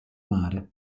mare